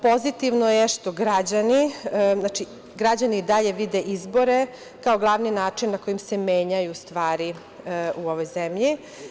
Pozitivno je što građani i dalje vide izbore kao glavni način na kojim se menjaju stvari u ovoj zemlji.